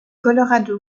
colorado